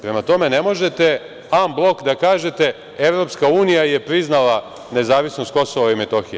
Prema tome, ne možete „ham blok“ da kažete EU je priznala nezavisnost Kosova i Metohije.